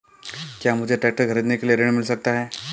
क्या मुझे ट्रैक्टर खरीदने के लिए ऋण मिल सकता है?